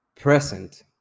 present